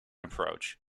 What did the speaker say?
approach